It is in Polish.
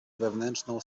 wewnętrzną